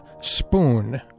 spoon